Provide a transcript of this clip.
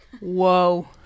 whoa